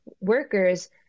workers